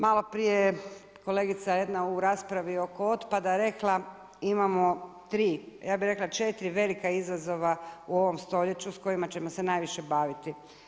Malo prije je kolegica jedna u raspravi oko otpada rekla imamo tri, ja bih rekla četiri velika izazova u ovom stoljeću sa kojima ćemo se najviše baviti.